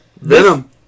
Venom